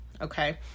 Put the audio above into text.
okay